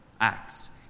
acts